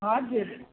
हजुर